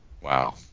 Wow